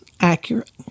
accurate